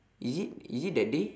is it is it that day